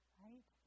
right